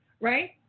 Right